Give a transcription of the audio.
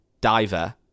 diver